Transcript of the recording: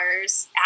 hours